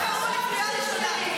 קריאה ראשונה.